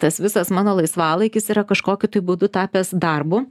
tas visas mano laisvalaikis yra kažkokiu tai būdu tapęs darbu